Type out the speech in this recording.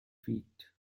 feet